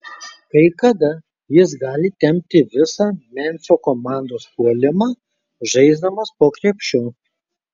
kai kada jis gali tempti visą memfio komandos puolimą žaisdamas po krepšiu